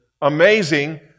amazing